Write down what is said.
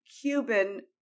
Cuban